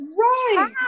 right